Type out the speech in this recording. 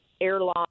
Airline